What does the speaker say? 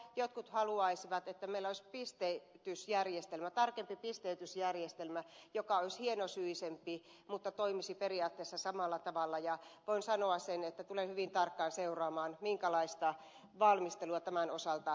jotkut haluaisivat että meillä olisi tarkempi pisteytysjärjestelmä joka olisi hienosyisempi mutta toimisi periaatteessa samalla tavalla ja voin sanoa sen että tulen hyvin tarkkaan seuraamaan minkälaista valmistelua tämän osalta tehdään